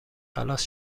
خلاص